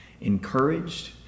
encouraged